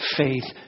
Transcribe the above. faith